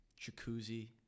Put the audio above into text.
jacuzzi